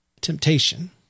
temptation